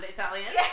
Italian